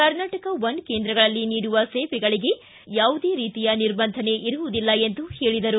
Karnataka one ಕೇಂದ್ರಗಳಲ್ಲಿ ನೀಡುವ ಸೇವೆಗಳಿಗೆ ಯಾವುದೇ ರೀತಿಯ ನಿರ್ಬಂಧನೆ ಇರುವುದಿಲ್ಲ ಎಂದು ಹೇಳಿದರು